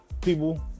people